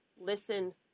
Listen